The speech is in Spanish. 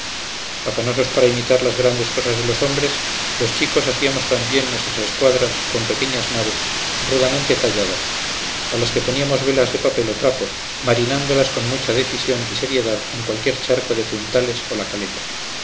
misterios afanosos para imitar las grandes cosas de los hombres los chicos hacíamos también nuestras escuadras con rudamente talladas a que poníamos velas de papel o trapo marinándolas con mucha decisión y seriedad en cualquier charco de puntales o la caleta